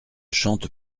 chante